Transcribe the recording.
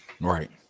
Right